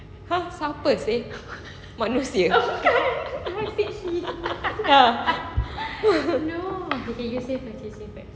ha siapa seh manusia